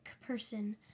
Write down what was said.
person